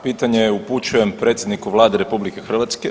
Pitanje upućujem predsjedniku Vlade RH.